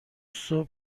صبح